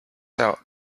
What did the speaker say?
out